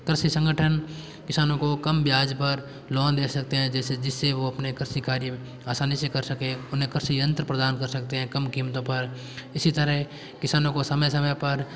कृषि संगठन किसानों को कम ब्याज पर लोन दे सकते हैं जैसे जिससे वो अपने कृषि कार्य आसानी से कर सके उन्हें कृषि यंत्र प्रदान कर सकते हैं कम कीमतों पर इसी तरह किसानों को समय समय पर